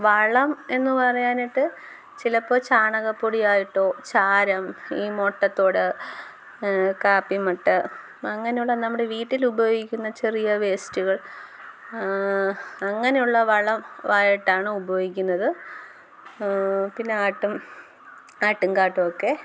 വളം എന്ന് പറയനായിട്ട് ചിലപ്പോൾ ചാണകപ്പൊടിയായിട്ടോ ചാരം ഈ മൊട്ടത്തോട് കാപ്പി മട്ട് അങ്ങനെയുള്ള നമ്മുടെ വീട്ടില് ഉപയോഗിക്കുന്ന ചെറിയ വേസ്റ്റുകൾ അങ്ങനെയുള്ള വളം ആയിട്ടാണ് ഉപയോഗിക്കുന്നത് പിന്നെ ആട്ടും ആട്ടുംകാട്ടമൊക്കെ